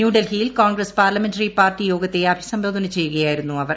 ന്യൂഡൽഹിയിൽ Congress parliamentary party യോഗത്തെ അഭിസംബോധന ചെയ്യുകയായിരുന്നു അവർ